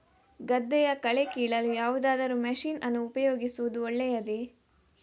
ಗದ್ದೆಯ ಕಳೆ ಕೀಳಲು ಯಾವುದಾದರೂ ಮಷೀನ್ ಅನ್ನು ಉಪಯೋಗಿಸುವುದು ಒಳ್ಳೆಯದೇ?